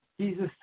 Jesus